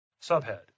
Subhead